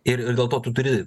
ir dėl to tu turi